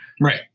Right